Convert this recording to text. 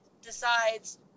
decides